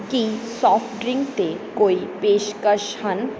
ਕੀ soft drink 'ਤੇ ਕੋਈ ਪੇਸ਼ਕਸ਼ ਹਨ